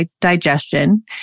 digestion